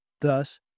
Thus